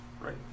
right